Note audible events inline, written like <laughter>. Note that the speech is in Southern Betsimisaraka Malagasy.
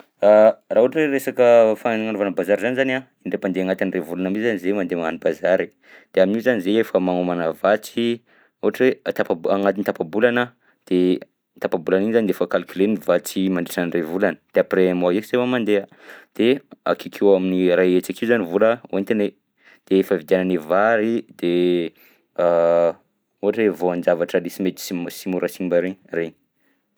<hesitation> Raha ohatra hoe resaka fagnanovana bazary zany zany a indraim-pandeha agnatin'ny iray volana mi zany zahay mandeha magnano bazary, de amin'io zany zahay efa magnomana vatsy ohatra hoe atapa-bo- agnatin'ny tapa-bolana de tapa-bolana igny zany dia efa calculena ny vatsy mandritra ny ray volana de après un mois eo zay vao mandeha. De akeokeo amin'ny iray hetsy akeo zany vola hoentinay de efa hividiananay vary de <hesitation> ohatra hoe voan-javatra le sy mety sim- sy mora simba regny, regny.